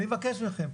אני מבקש מכם,